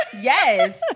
Yes